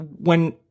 when-